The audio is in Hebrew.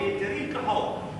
לפי היתרים כחוק.